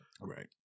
Right